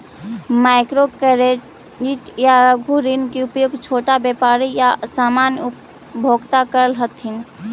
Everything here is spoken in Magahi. माइक्रो क्रेडिट या लघु ऋण के उपयोग छोटा व्यापारी या सामान्य उपभोक्ता करऽ हथिन